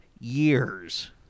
years